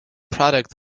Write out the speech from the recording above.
product